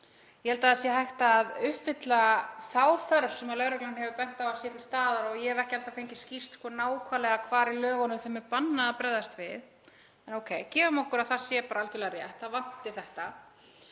Ég held að það sé hægt að uppfylla þá þörf sem lögreglan hefur bent á að sé til staðar. Ég hef ekki enn þá fengið skýrt nákvæmlega hvar í lögunum henni er bannað að bregðast við. En ókei, gefum okkur að það sé bara algerlega rétt, það vanti þetta.